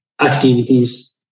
activities